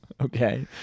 Okay